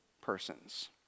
persons